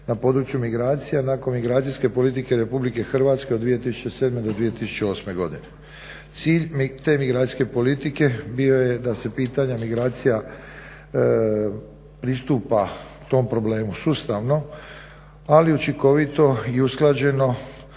na području migracija. Nakon migracijske politike RH od 2007.-2008. godine. Cilj te migracijske politike bio je da se pitanja migracija pristupa tom problemu sustavno ali učinkovito i usklađeno